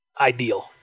ideal